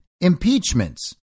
impeachments